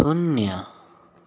शून्य